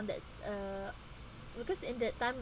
that uh because in that time